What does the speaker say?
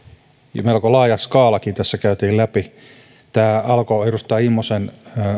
ja melko laaja skaalakin tässä käytiin läpi tämä alkoi edustaja immosen